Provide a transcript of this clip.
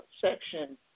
section